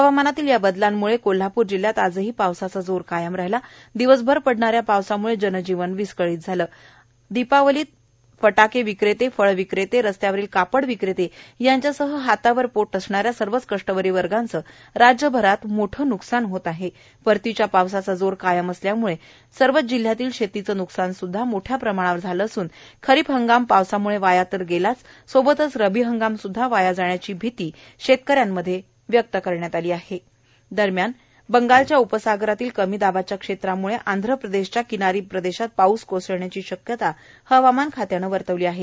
हवामानातील बदलामुळे कोल्हापूर जिल्ह्यात आजही पावसाचा जोर कायम राहिला आहे दिवसर पडणाऱ्या पावसामुळे जनजीवन विस्कळीत झाले दीपावलीत फटाके विक्रेते फळविक्रेते रस्त्यावरील कापड विक्रेते यासह हातावरील पोट असणाऱ्या सर्व कष्टकरी वर्गाचे ख्प मोठं नुकसान होत आहे परतीच्या पावसाचा जोर कायम असल्यामुळे जिल्ह्यातील शेतीचं न्कसान सुदधा मोठ्या प्रमाणावर झाले खरीप हंगाम पावसाम्ळे वाया तर गेला आहेच त्यापाठोपाठ रब्बी हंगाम स्द्धा वाया जाण्याची भीती शेतकऱ्यांच्यातूंन व्यक्त होत आहे बंगालच्या उपसागरातील कमी दाबाच्या क्षेत्रामुळे आंध्रप्रदेशाच्या किनारी प्रदेशात पाऊस कोसळण्याची शक्यता हवामान खात्याने वर्तवली आहे